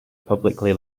publicly